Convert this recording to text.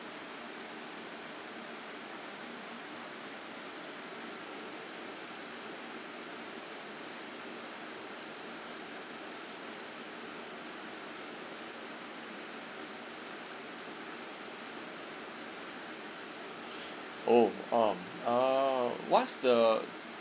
oh um ah what's the